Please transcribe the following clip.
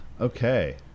Okay